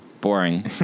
boring